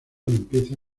empieza